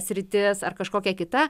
sritis ar kažkokia kita